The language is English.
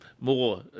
More